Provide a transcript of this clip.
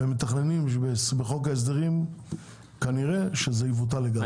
והם מתכננים שבחוק ההסדרים כנראה שזה יבוטל לגמרי.